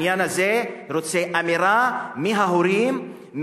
העניין הזה רוצה אמירה מההורים,